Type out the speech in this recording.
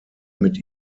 mit